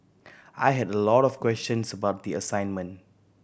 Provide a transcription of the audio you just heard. I had a lot of questions about the assignment